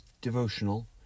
devotional